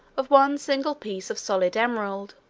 of one single piece of solid emerald,